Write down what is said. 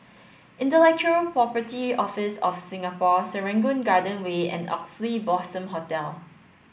Intellectual Property Office of Singapore Serangoon Garden Way and Oxley Blossom Hotel